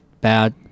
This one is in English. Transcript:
bad